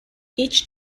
each